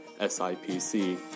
SIPC